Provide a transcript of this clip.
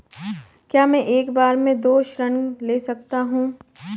क्या मैं एक बार में दो ऋण ले सकता हूँ?